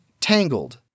Tangled